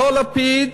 אותו לפיד,